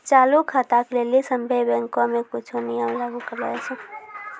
चालू खाता के लेली सभ्भे बैंको मे कुछो नियम लागू करलो जाय छै